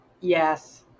Yes